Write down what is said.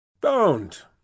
Don't